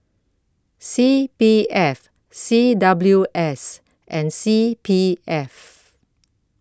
C P F C W S and C P F